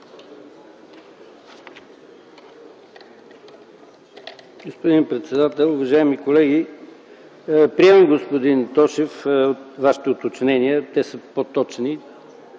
Господин председател, уважаеми колеги! Приемам, господин Тошев, Вашите уточнения. Те са по-точни.